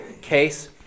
case